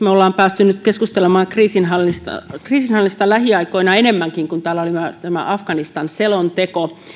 me olemme päässeet keskustelemaan kriisinhallinnasta lähiaikoina enemmänkin kun täällä oli myös afganistan selonteko